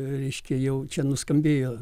reiškia jau čia nuskambėjo